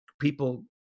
people